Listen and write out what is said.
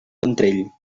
ventrell